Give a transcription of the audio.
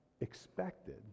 expected